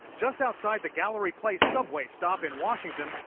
just outside the gallery place subway stop in washington,